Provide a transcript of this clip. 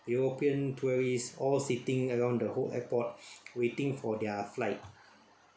european tourists all sitting along the whole airport waiting for their flight